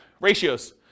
ratios